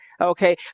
Okay